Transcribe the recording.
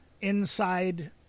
inside